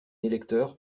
électeur